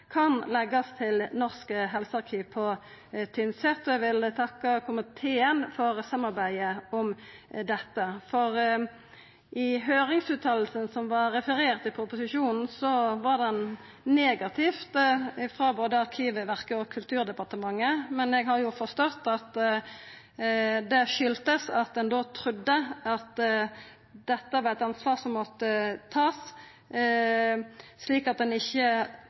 kan leggjast til Norsk helsearkiv på Tynset. Eg vil takka komiteen for samarbeidet om dette. I høyringsutsegna som var refererte i proposisjonen, var det negativt frå både Arkivverket og Kulturdepartementet, men eg har forstått at det hadde si årsak i at ein trudde at dette var eit ansvar som ein måtte ta, slik at ein ikkje